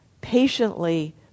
patiently